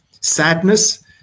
Sadness